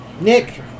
Nick